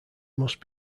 must